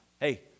Hey